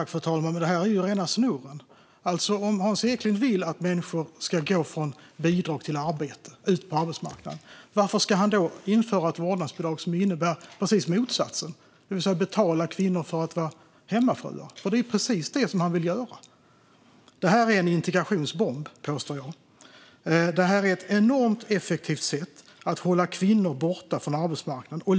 Fru talman! Det här är rena snurren. Om Hans Eklind vill att människor ska gå från bidrag till arbete på arbetsmarknaden, varför ska han då införa ett vårdnadsbidrag som innebär precis motsatsen, det vill säga att betala kvinnor för att vara hemmafruar? Det är precis det han vill göra. Jag påstår att det här är en integrationsbomb. Det är ett enormt effektivt sätt att hålla kvinnor borta från arbetsmarknaden.